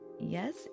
Yes